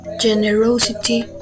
generosity